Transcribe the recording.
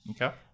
Okay